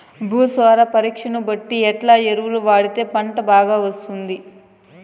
భూసార పరీక్ష బట్టి ఎట్లా ఎరువులు వాడితే పంట బాగా వస్తుంది?